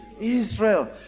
Israel